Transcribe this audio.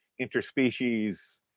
interspecies